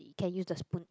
can you just put it in